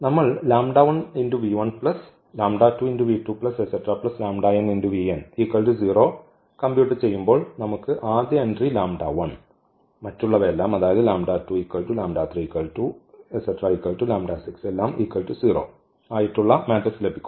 നമ്മൾ കമ്പ്യൂട്ട് ചെയ്യുമ്പോൾ നമുക്ക് ആദ്യ എൻട്രി മറ്റുള്ളവ എല്ലാം ആയിട്ടുള്ള മാട്രിക്സ് ലഭിക്കും